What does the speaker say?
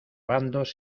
bandos